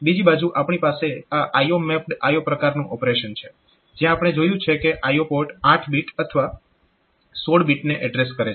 બીજી બાજુ આપણી પાસે આ IO મેપ્ડ IO પ્રકારનું ઓપરેશન છે જ્યાં આપણે જોયું છે કે IO પોર્ટ 8 બીટ અથવા 16 બીટને એડ્રેસ કરે છે